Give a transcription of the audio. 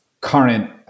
current